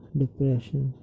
depression